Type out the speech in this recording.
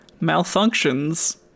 malfunctions